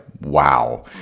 Wow